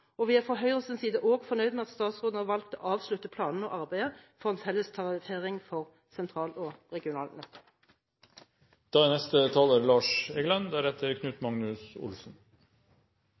fremtidsrettede. Vi er fra Høyres side også fornøyd med at statsråden har valgt å avslutte planene og arbeidet for en felles tariffering for sentral- og